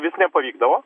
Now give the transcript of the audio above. vis nepavykdavo